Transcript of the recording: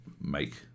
make